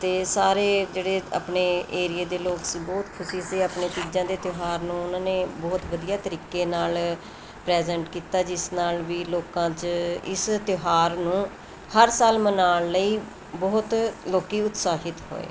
ਅਤੇ ਸਾਰੇ ਜਿਹੜੇ ਆਪਣੇ ਏਰੀਏ ਦੇ ਲੋਕ ਸੀ ਬਹੁਤ ਖੁਸ਼ੀ ਸੀ ਆਪਣੇ ਤੀਜਾਂ ਦੇ ਤਿਉਹਾਰ ਨੂੰ ਉਹਨਾਂ ਨੇ ਬਹੁਤ ਵਧੀਆ ਤਰੀਕੇ ਨਾਲ ਪ੍ਰੈਜੈਂਟ ਕੀਤਾ ਜਿਸ ਨਾਲ ਵੀ ਲੋਕਾਂ 'ਚ ਇਸ ਤਿਉਹਾਰ ਨੂੰ ਹਰ ਸਾਲ ਮਨਾਉਣ ਲਈ ਬਹੁਤ ਲੋਕ ਉਤਸ਼ਾਹਿਤ ਹੋਏ